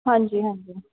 ਹਾਂਜੀ ਹਾਂਜੀ